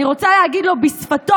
אני רוצה להגיד לו בשפתו,